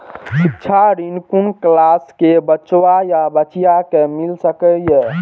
शिक्षा ऋण कुन क्लास कै बचवा या बचिया कै मिल सके यै?